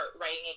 writing